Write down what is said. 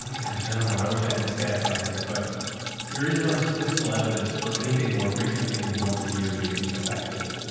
ah oh gosh, i don't know. i wish i had the stats on this, but there is no statistical evidence for anything more frequently than once a year being effective.